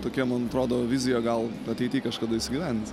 tokia mano atrodo vizija gal ateity kažkada įsigyvens